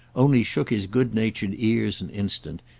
only shook his good-natured ears an instant,